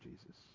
Jesus